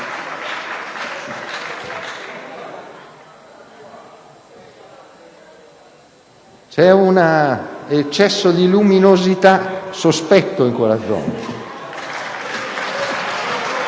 C'è un eccesso di luminosità sospetto in quella zona.